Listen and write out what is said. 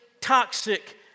toxic